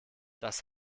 das